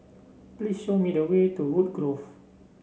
please show me the way to Woodgrove